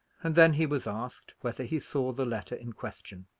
and then he was asked whether he saw the letter in question.